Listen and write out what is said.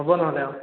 হ'ব নহ'লে অ'